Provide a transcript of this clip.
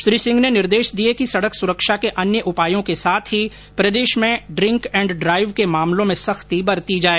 श्री सिंह ने निर्देश दिए कि सड़क सुरक्षा के अन्य उपायों के साथ ही प्रदेश मे ड्रिंक एण्ड ड्राइव के मामलों में सख्ती बरती जाए